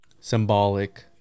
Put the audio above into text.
symbolic